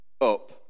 up